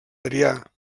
adrià